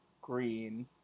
green